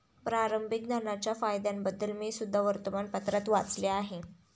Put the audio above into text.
प्रारंभिक धनाच्या फायद्यांबद्दल मी सुद्धा वर्तमानपत्रात वाचले आहे